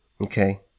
okay